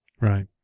right